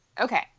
Okay